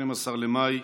12 במאי,